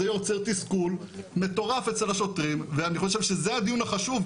זה יוצר תסכול מטורף אצל השוטרים ואני חושב שזה הדיון החשוב,